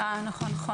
נכון.